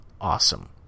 awesome